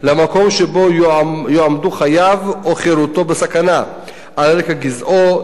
למקום שבו יועמדו חייו או חירותו בסכנה על רקע גזעו,